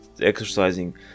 exercising